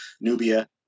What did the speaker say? Nubia